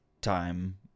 time